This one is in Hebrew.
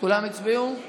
כולם הצביעו?